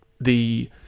the-